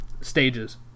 stages